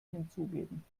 hinzugeben